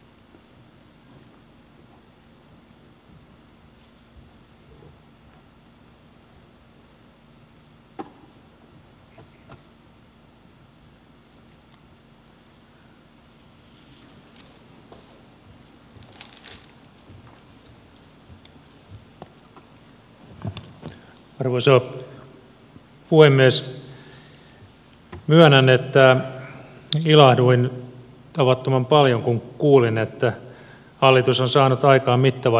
myönnän että ilahduin tavattoman paljon kun kuulin että hallitus on saanut aikaan mittavan rakennepaketin